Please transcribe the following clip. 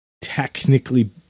technically